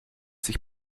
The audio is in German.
sich